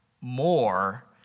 more